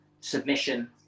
submission